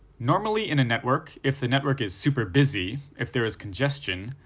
normally in a network, if the network is super busy, if there is congestion,